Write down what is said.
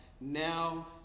Now